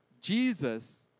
Jesus